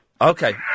Okay